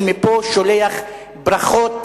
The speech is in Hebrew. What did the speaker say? אני מפה שולח ברכות,